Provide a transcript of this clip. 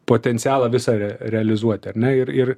potencialą visą realizuoti ar ne ir ir